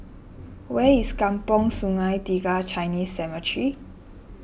where is Kampong Sungai Tiga Chinese Cemetery